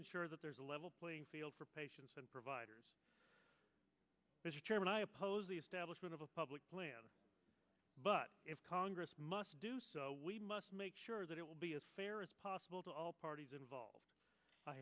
ensure that there's a level playing field for patients and providers mr chairman i oppose the establishment of a public plan but if congress must we must make sure that it will be as fair as possible to all parties involved i